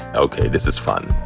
okay, this is fun.